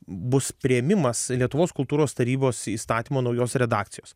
bus priėmimas lietuvos kultūros tarybos įstatymo naujos redakcijos